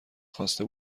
خواسته